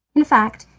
in fact,